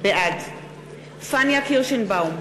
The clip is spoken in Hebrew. בעד פניה קירשנבאום,